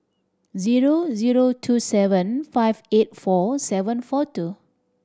zero zero two seven five eight four seven four two